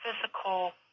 physical